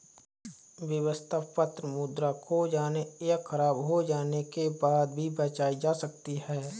व्यवस्था पत्र मुद्रा खो जाने या ख़राब हो जाने के बाद भी बचाई जा सकती है